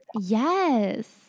Yes